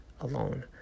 alone